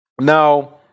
Now